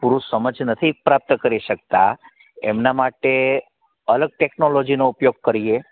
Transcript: પૂરું સમજ નથી પ્રાપ્ત કરી શકતા એમના માટે અલગ ટેકનોલોજીનો ઉપયોગ કરીએ